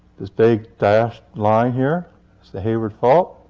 this big dashed line here is the hayward fault.